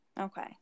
Okay